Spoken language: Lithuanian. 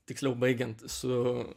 tiksliau baigiant su